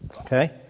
okay